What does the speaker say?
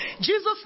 Jesus